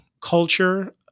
culture